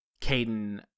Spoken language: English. Caden